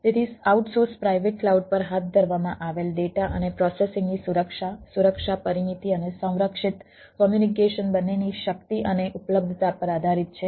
તેથી outsource private cloud પર હાથ ધરવામાં આવેલ ડેટા અને પ્રોસેસિંગ ની સુરક્ષા સુરક્ષા પરિમિતિ અને સંરક્ષિત કોમ્યુનિકેશન બંનેની શક્તિ અને ઉપલબ્ધતા પર આધારિત છે